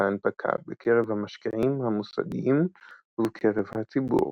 ההנפקה בקרב המשקיעים המוסדיים ובקרב הציבור.